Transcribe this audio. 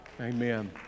Amen